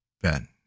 Ben